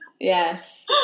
Yes